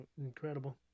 Incredible